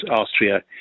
Austria